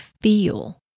feel